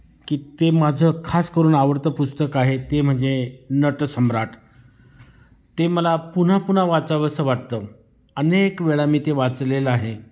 की ते माझं खास करून आवडतं पुस्तक आहे ते म्हणजे नटसम्राट ते मला पुन्हा पुन्हा वाचावंसं वाटतं अनेक वेळा मी ते वाचलेलं आहे